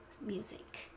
music